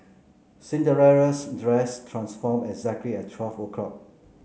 Cinderella's dress transformed exactly at twelve o'clock